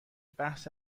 بحث